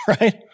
right